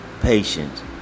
patience